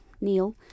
Neil